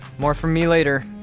more from me later.